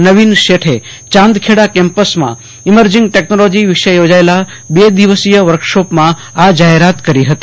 નવીન શેઠે ચાંદખેડા કેમ્પસમાં emerging technology વિશે યોજાયેલા બે દિવસીય વર્કશોપમાં આ જાહેરાત કરી હતી